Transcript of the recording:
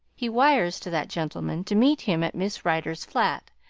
he wires to that gentleman to meet him at miss rider's flat,